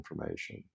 information